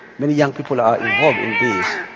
many young people ah involved indeed.